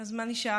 אז מה נשאר?